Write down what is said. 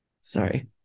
Sorry